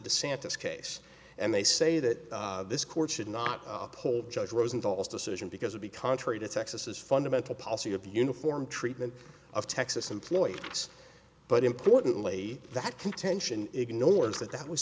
santas case and they say that this court should not uphold judge rosenthal's decision because it be contrary to texas fundamental policy of uniform treatment of texas employees but importantly that contention ignores that that was